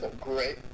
great